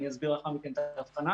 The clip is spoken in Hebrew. ואני אסביר לאחר מכן את ההבחנה,